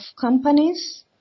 companies